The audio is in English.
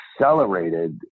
accelerated